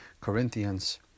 Corinthians